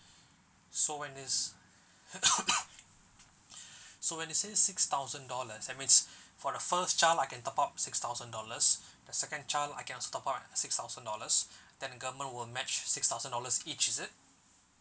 so when this so when you say six thousand dollars that means for the first child I can top up six thousand dollars the second child I can also top up another six thousand dollars then the government will match six thousand dollars each is it